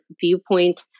viewpoint